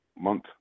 month